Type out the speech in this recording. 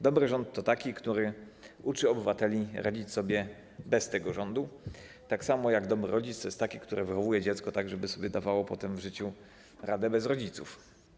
Dobry rząd to taki, który uczy obywateli radzić sobie bez tego rządu, tak samo jak dobry rodzic to taki, który wychowuje dziecko tak, żeby sobie dawało potem w życiu radę bez rodziców.